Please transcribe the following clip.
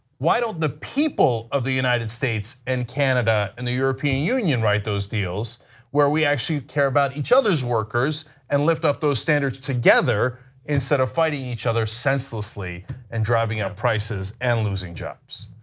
why don't the people of the united states and canada and the european union right those deals where we actually care about each other's workers and lift up those standards together instead of fighting each other senselessly and driving up prices and losing jobs.